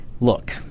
look